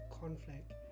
conflict